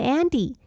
Andy